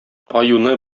аюны